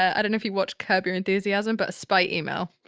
i don't know if you watch curb your enthusiasm but spite email.